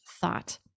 thought